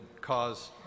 cause